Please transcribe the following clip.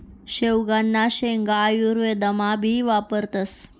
शेवगांना शेंगा आयुर्वेदमा भी वापरतस